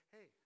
Hey